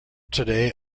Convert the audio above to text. today